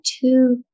two